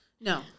no